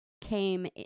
came